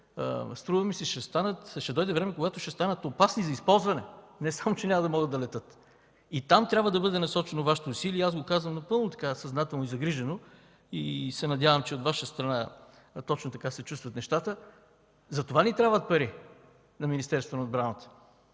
струва ми се, ще дойде време, когато ще станат опасни за използване, не само че няма да могат да летят. И там трябва да бъде насочено Вашето усилие. Аз го казвам напълно съзнателно и загрижено и се надявам, че точно така се чувстват нещата. Затова трябват пари на Министерството на отбраната,